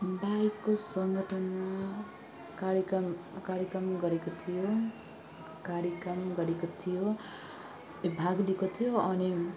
बाइकको सङ्गठनमा कार्यक्रम कार्यक्रम गरेको थियो कार्यक्रम गरेको थियो भाग लिएको थियो अनि